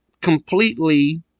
completely